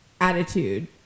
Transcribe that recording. attitude